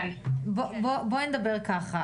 בואי נדבר ככה.